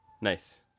Nice